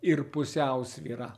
ir pusiausvyra